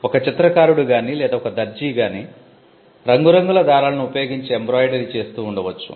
ఒక చిత్రకారుడు గానీ లేదా ఒక దర్జీ గానీ రంగురంగుల దారాలను ఉపయోగించి ఎంబ్రాయిడరీ చేస్తూ ఉండవచ్చు